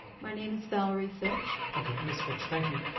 my name is valerie fitch. okay, miss fitch thank you.